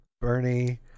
Bernie